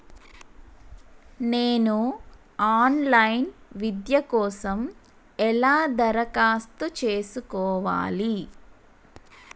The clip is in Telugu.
నేను ఆన్ లైన్ విద్య కోసం ఎలా దరఖాస్తు చేసుకోవాలి?